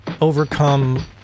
overcome